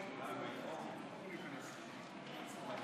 ההצבעה: בעד,